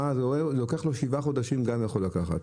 לוקח לו שבעה חודשים זה גם יכול לקחת.